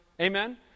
amen